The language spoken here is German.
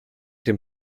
dem